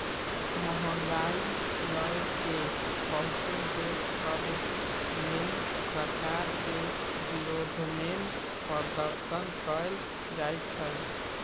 महंगाई लए के बहुते देश सभ में सरकार के विरोधमें प्रदर्शन कएल जाइ छइ